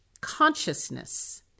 consciousness